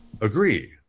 agree